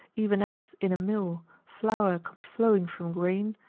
even as, in a mill, flour comes flowing from grain,